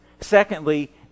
Secondly